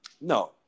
No